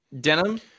Denim